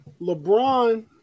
LeBron